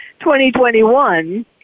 2021